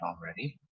already